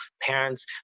parents